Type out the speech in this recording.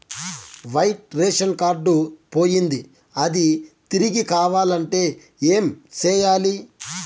white ration card పోయింది అది తిరిగి కావాలంటే ఏం సేయాలి